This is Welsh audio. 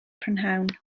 prynhawn